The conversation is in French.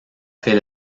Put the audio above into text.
fait